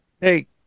hey